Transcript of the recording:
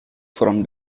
from